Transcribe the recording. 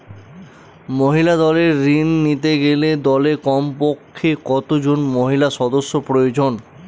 মহিলা দলের ঋণ নিতে গেলে দলে কমপক্ষে কত জন মহিলা সদস্য প্রয়োজন?